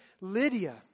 Lydia